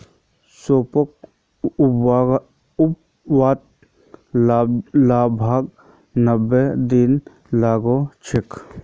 सौंफक उगवात लगभग नब्बे दिन लगे जाच्छे